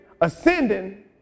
ascending